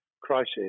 Crisis